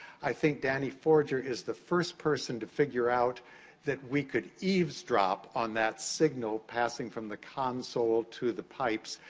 i think danny forger is the first person to figure out that we could eavesdrop on that signal passing from the console to the pipes,